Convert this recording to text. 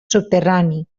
subterrani